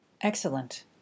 Excellent